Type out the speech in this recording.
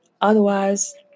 Otherwise